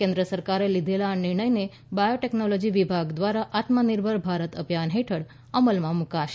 કેન્દ્ર સરકારે લીધેલા આ નિર્ણયને બાયોટેકનોલોજી વિભાગ દ્વારા આત્મનિર્ભર ભારત અભિયાન હેઠળ અમલમાં મૂકાશે